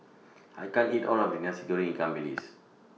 I can't eat All of This Nasi Goreng Ikan Bilis